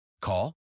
Call